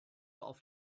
auf